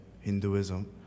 Hinduism